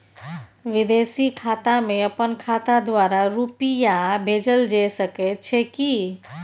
विदेशी खाता में अपन खाता द्वारा रुपिया भेजल जे सके छै की?